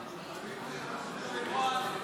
ההצבעה: